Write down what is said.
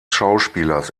schauspielers